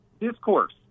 discourse